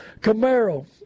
Camaro